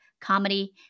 comedy